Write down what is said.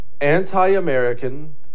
anti-american